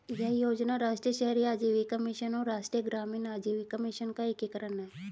यह योजना राष्ट्रीय शहरी आजीविका मिशन और राष्ट्रीय ग्रामीण आजीविका मिशन का एकीकरण है